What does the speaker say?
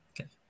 Okay